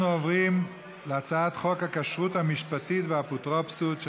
אנחנו עוברים להצעת חוק הכשרות המשפטית והאפוטרופסות,